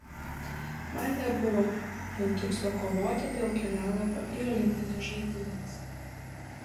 man nebuvo jau tikslo kovoti dėl kelialapio į olimpines žaidynes